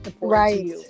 right